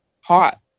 hot